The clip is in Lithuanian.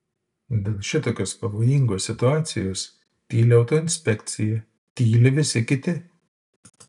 dėl šitokios pavojingos situacijos tyli autoinspekcija tyli visi kiti